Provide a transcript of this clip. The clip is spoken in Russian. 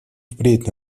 впредь